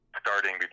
starting